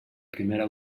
primera